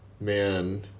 man